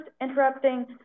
interrupting